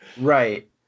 right